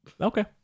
Okay